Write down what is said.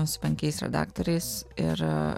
su penkiais redaktoriais ir